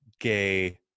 gay